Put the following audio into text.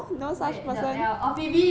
wait the L orh phoebe